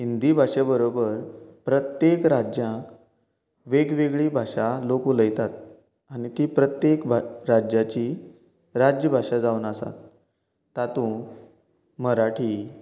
हिंदी भाशे बरोबर प्रत्येक राज्यांत वेगवेगळी भाशा लोक उलयतात आनी ती प्रत्येक राज्याची राज्यभाशा जावन आसा तातूंत मराठी